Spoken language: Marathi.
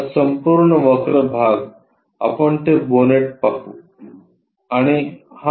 हा संपूर्ण वक्र भाग आपण ते बोनेट पाहू